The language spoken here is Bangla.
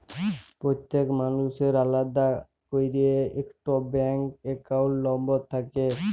প্যত্তেক মালুসের আলেদা ক্যইরে ইকট ব্যাংক একাউল্ট লম্বর থ্যাকে